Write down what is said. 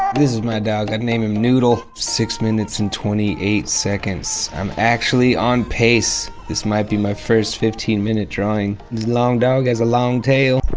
this is my dog, i named him noodle. six minutes and twenty eight seconds. i'm actually on pace. this might be my first fifteen minute drawing. this long dog has a long tail.